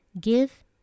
Give